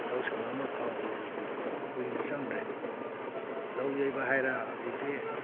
ꯂꯧ ꯁꯪꯒꯝ ꯑꯃ ꯈꯥꯎꯕꯁꯦ ꯍꯧꯖꯤꯛꯇꯤ ꯀꯨꯏꯅ ꯆꯪꯗ꯭ꯔꯦ ꯂꯧ ꯌꯩꯕ ꯍꯥꯏꯔ ꯍꯧꯖꯤꯛꯇꯤ